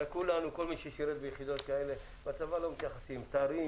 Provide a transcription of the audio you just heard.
הרי כל מי ששירת ביחידות כאלה בצבא לא מתייחסים תרים,